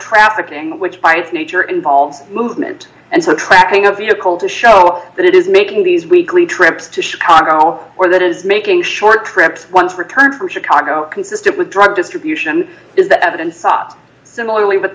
trying which by its nature involves movement and so tracking a vehicle to show that it is making these weekly trips to chicago or that is making short trips once returned from chicago consistent with drug distribution is that evidence sought similarly but